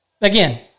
Again